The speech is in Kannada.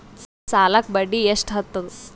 ಈ ಸಾಲಕ್ಕ ಬಡ್ಡಿ ಎಷ್ಟ ಹತ್ತದ?